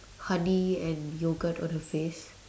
honey and yogurt on her face